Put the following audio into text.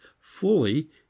fully